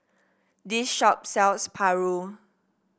this shop sells paru